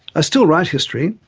i still write history,